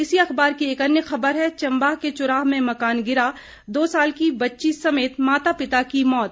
इसी अखबार की एक अन्य खबर है चंबा के चुराह में मकान गिरा दो साल की बच्ची समेत माता पिता की मौत